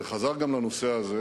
וחזר גם לנושא הזה,